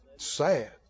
sad